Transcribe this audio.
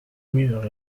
cuivre